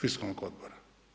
fiskalnog odbora.